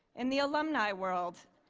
in the alumni world,